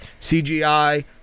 CGI